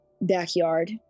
backyard